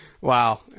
wow